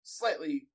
slightly